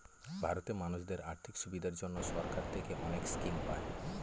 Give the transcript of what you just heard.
ভারতে মানুষদের আর্থিক সুবিধার জন্য সরকার থেকে অনেক স্কিম পায়